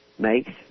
makes